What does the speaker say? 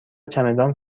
چمدان